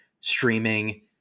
streaming